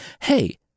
hey